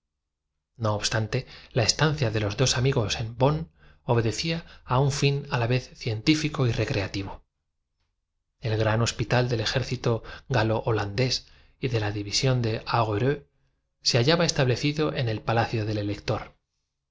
no obstante la estancia de los dos amigos en bonn obedecía a un fin a la vez científico y recreati al pronunciar hermann el nombre de próspero magnán el asen vo el gran hospital del ejército galoholandés y de la división de au tista cogió la botella del agua y llenando su vaso lo apuró de un trago gereau se hallaba establecido en el palacio del elector